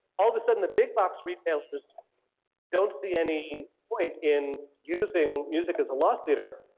all of a sudden, the big box retailers don't see any point in using music as a loss leader,